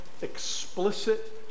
explicit